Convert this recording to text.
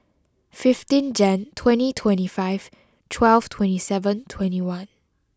fifteen Jan twenty twenty five twelve twenty seven twenty one